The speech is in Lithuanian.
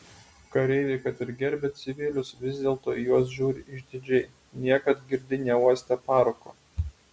kareiviai kad ir gerbia civilius vis dėlto į juos žiūri išdidžiai niekad girdi neuostę parako